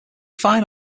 fine